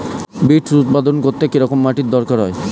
Beets উৎপাদন করতে কেরম মাটির দরকার হয়?